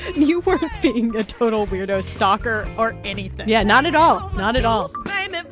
you weren't being a total weirdo stalker or anything yeah. not at all. not at all blame